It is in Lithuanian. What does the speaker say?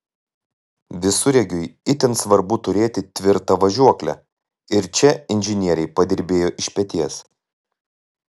visureigiui itin svarbu turėti tvirtą važiuoklę ir čia inžinieriai padirbėjo iš peties